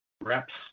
reps